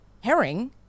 Herring